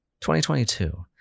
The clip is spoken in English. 2022